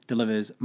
Delivers